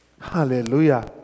Hallelujah